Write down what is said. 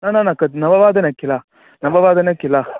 न न न कदा नववादने किल नववादने किल